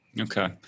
Okay